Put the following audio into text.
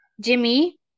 Jimmy